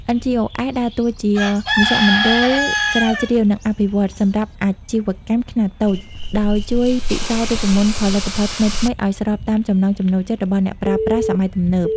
NGOs ដើរតួជាមជ្ឈមណ្ឌលស្រាវជ្រាវ និងអភិវឌ្ឍន៍ សម្រាប់អាជីវកម្មខ្នាតតូច ដោយជួយពិសោធន៍រូបមន្តផលិតផលថ្មីៗឱ្យស្របតាមចំណង់ចំណូលចិត្តរបស់អ្នកប្រើប្រាស់សម័យទំនើប។